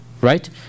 right